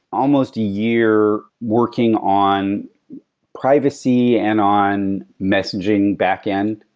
almost a year working on privacy and on messaging back-end,